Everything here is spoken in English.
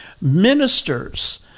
ministers